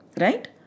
right